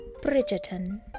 Bridgerton